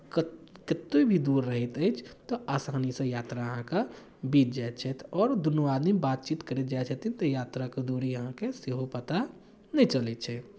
कत्त कतेक भी दूर रहैत अछि तऽ आसानीसँ यात्रा अहाँकेँ बीत जाइ छथि आओर दुनू आदमी बातचीत करैत जाइ छथिन तऽ यात्राके दूरी अहाँकेँ सेहो पता नहि चलैत छै